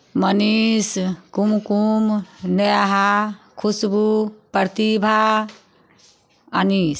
Manish Kumkum Neha Khushboo Pratibha Anish